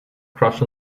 crush